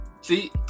See